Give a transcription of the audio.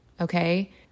okay